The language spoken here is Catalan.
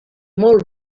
molt